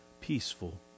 peaceful